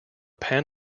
pan